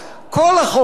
כל החוק הזה,